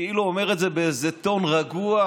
אתה כאילו אומר את זה באיזה טון רגוע,